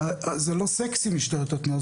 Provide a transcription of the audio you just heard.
זה לא סקסי משטרת התנועה,